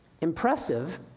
impressive